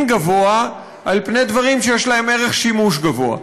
גבוה על-פני דברים שיש להם ערך שימוש גבוה,